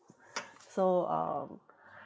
so um